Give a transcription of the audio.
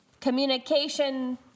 communication